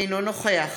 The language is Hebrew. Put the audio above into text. אינו נוכח